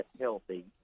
healthy